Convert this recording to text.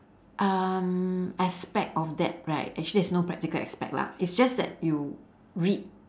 um aspect of that right actually there's no practical aspect lah it's just that you read